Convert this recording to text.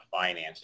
financing